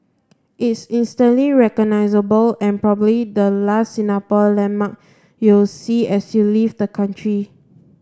it's instantly recognisable and probably the last Singapore landmark you'll see as you leave the country